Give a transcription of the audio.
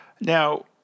Now